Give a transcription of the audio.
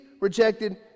rejected